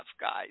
guys